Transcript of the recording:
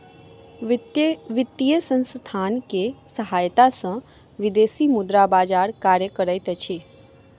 वित्तीय संसथान के सहायता सॅ विदेशी मुद्रा बजार कार्य करैत अछि